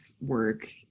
work